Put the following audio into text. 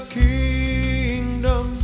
kingdom